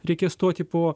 reikės stoti po